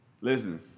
Listen